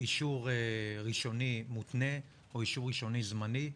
אישור ראשוני מותנה או אישור ראשוני זמני,